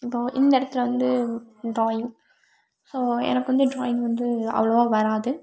இதோ இந்த இடத்துல வந்து டிராயிங் ஸோ எனக்கு வந்து ட்ராயிங் வந்து அவ்வளோவா வராது